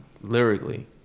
lyrically